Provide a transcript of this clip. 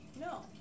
No